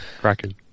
Cracking